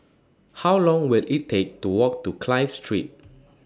How Long Will IT Take to Walk to Clive Street